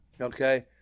Okay